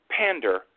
pander